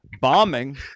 bombing